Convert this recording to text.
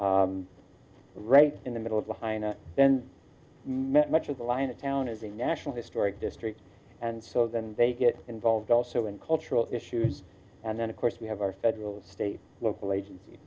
hyena right in the middle of the high and then much of the line of town is a national historic district and so then they get involved also in cultural issues and then of course we have our federal state local agenc